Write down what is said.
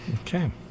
Okay